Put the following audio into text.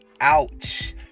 Ouch